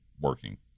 working